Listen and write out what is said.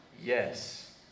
Yes